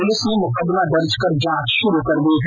police ने मुकदमा दर्ज कर जांच शुरू कर दी है